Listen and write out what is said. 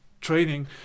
training